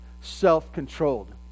self-controlled